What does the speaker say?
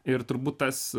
ir turbūt tas